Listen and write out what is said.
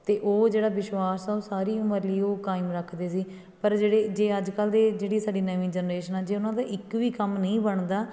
ਅਤੇ ਉਹ ਜਿਹੜਾ ਵਿਸ਼ਵਾਸ ਆ ਉਹ ਸਾਰੀ ਉਮਰ ਲਈ ਉਹ ਕਾਇਮ ਰੱਖਦੇ ਸੀ ਪਰ ਜਿਹੜੇ ਜੇ ਅੱਜ ਕੱਲ੍ਹ ਦੇ ਜਿਹੜੀ ਸਾਡੀ ਨਵੀਂ ਜਨਰੇਸ਼ਨ ਆ ਜੇ ਉਹਨਾਂ ਦਾ ਇੱਕ ਵੀ ਕੰਮ ਨਹੀਂ ਬਣਦਾ